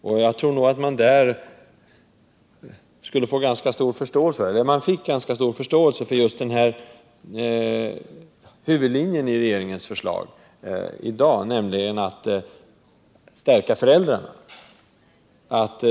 Det fanns där en stor förståelse för huvudlinjen i regeringens förslag, nämligen att stärka föräldrarna.